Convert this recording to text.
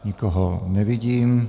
Nikoho nevidím.